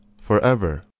forever